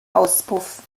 auspuff